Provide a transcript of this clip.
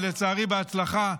ולצערי בהצלחה,